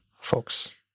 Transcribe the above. folks